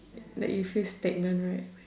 like you feel stagnant right